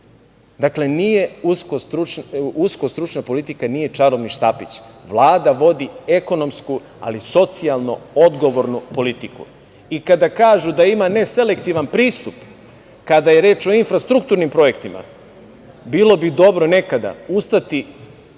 Dakle, nije usko stručna politika čarobni štapić. Vlada vodi ekonomsku, ali socijalno odgovornu politiku. Kada kažu da ima neselektivan pristup kada je reč o infrastrukturnim projektima, bilo bi dobro nekada ustati,